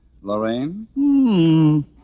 Lorraine